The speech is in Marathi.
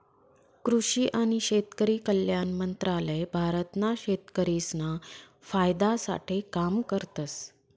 कृषि आणि शेतकरी कल्याण मंत्रालय भारत ना शेतकरिसना फायदा साठे काम करतस